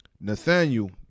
Nathaniel